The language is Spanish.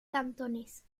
cantones